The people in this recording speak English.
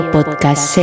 Podcast